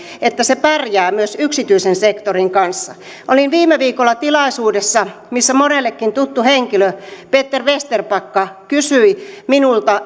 että se pärjää myös yksityisen sektorin kanssa olin viime viikolla tilaisuudessa missä monellekin tuttu henkilö peter vesterbacka kysyi minulta